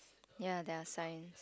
ya there are sign